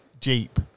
Jeep